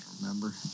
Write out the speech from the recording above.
remember